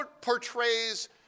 portrays